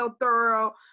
thorough